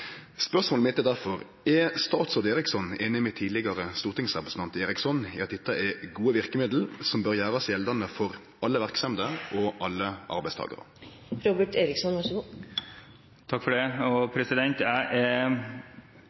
Spørsmålet mitt er derfor: Er statsråd Eriksson einig med tidlegare stortingsrepresentant Eriksson i at dette er gode verkemiddel som bør gjerast gjeldande for alle verksemder og alle arbeidstakarar? Jeg er veldig enig med representanten Rotevatn i at det er